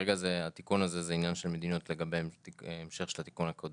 כרגע התיקון הזה זה עניין של מדיניות לגבי המשך של התיקון הקודם,